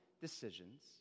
decisions